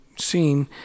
Seen